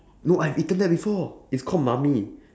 no I've eaten that before it's called mamee